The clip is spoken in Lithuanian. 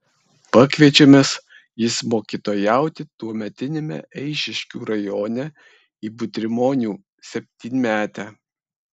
pakviečiamas jis mokytojauti tuometiniame eišiškių rajone į butrimonių septynmetę